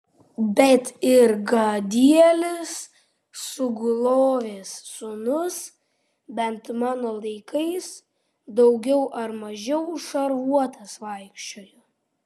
bet ir gadielis sugulovės sūnus bent mano laikais daugiau ar mažiau šarvuotas vaikščiojo